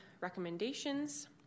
recommendations